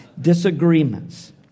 disagreements